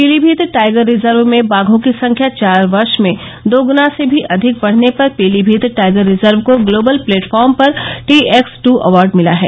Pilibhit tiger reserve में बाघों की संख्या चार वर्ष में दो गुना से भी अधिक बढ़ने पर पीलीभीत टाइगर रिजर्व को ग्लोबल प्लेटफार्म पर टीएक्स टू अवार्ड मिला है